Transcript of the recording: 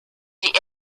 die